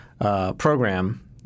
program